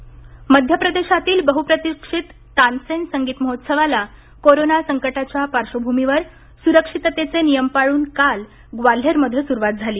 तानसेन महोत्सव मध्य प्रदेशातील बहुप्रतीक्षित तानसेन संगीत महोत्सवाला कोरोना संकटाच्या पार्श्वभूमीवर सुरक्षिततेचे नियम पाळून काल ग्वाल्हेरमध्ये सुरुवात झाली